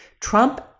Trump